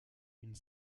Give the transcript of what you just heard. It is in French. une